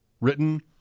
written